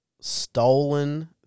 stolen